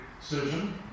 surgeon